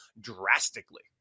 drastically